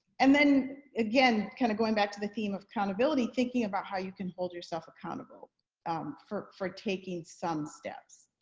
and then again kind of going back to the theme of accountability, thinking about how you can hold yourself accountable for for taking some steps.